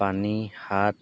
পানী হাত